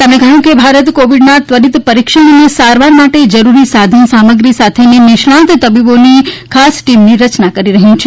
તેમણે કહ્યું કે ભારત કોવીડના ત્વરીત પરીક્ષણ અને સારવાર માટે જરૂરી સાધન સામગ્રી સાથેની નિષ્ણાંત તબીબોની ખાસ ટીમની રચના કરી રહ્યો છે